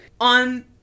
on